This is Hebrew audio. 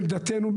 עמדתנו,